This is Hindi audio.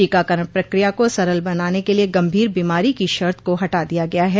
टीकाकरण प्रक्रिया को सरल बनाने के लिए गंभीर बीमारी की शर्त को हटा दिया गया है